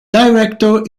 director